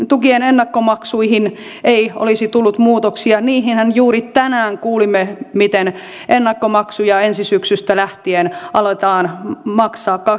tukien ennakkomaksuihin ei olisi tullut muutoksia niistähän juuri tänään kuulimme miten ennakkomaksuja ensi syksystä lähtien aletaan maksaa